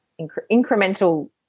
Incremental